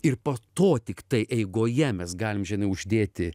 ir po to tiktai eigoje mes galim žiūrėt uždėti